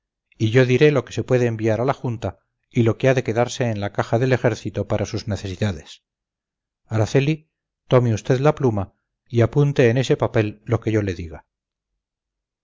y yo diré lo que se puede enviar a la junta y lo que ha de quedarse en la caja del ejército para sus necesidades araceli tome usted la pluma y apunte en ese papel lo que yo le diga